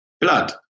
blood